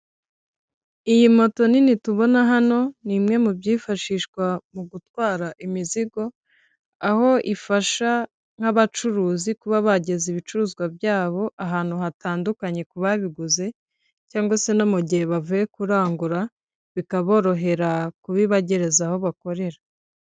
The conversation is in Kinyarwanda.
Iyi moto nini tubona hano ni imwe mu byifashishwa mu gutwara imizigo aho ifasha nk'abacuruzi kuba bageza ibicuruzwa byabo ahantu hatandukanye ku babiguze cyangwa se no mu gihe bavuye kurangura bikaborohera kubihagereza aho bakorera.